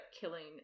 killing